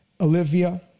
Olivia